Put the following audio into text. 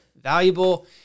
valuable